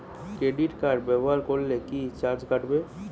Credit card ব্যাবহার করলে কি চার্জ কাটবে?